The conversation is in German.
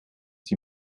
sie